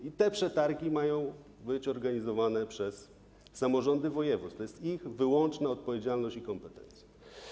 I te przetargi mają być organizowane przez samorządy województw, to jest ich wyłączna odpowiedzialność i kompetencja.